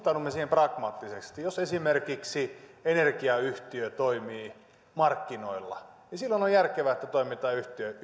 pragmaattisesti jos esimerkiksi energiayhtiö toimii markkinoilla niin silloin on järkevää että toimitaan